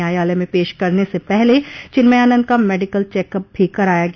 न्यायालय में पेश करने से पहले चिन्मयानंद का मेडिकल चेक अप भी कराया गया